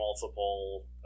multiple